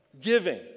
giving